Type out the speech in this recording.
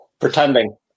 Pretending